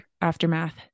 aftermath